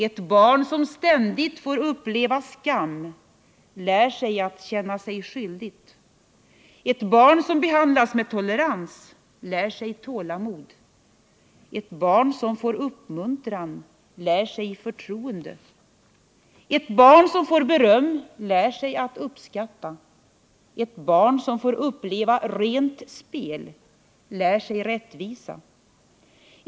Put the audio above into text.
Ett barn som ständigt får uppleva skam lär sig att känna sig skyldigt. Ett barn som behandlas med tolerans lär sig tålamod. Ett barn som får uppmuntran lär sig förtroende. Ett barn som får beröm lär sig att uppskatta. Ett barn som får uppleva rent spel lär sig rättvisa.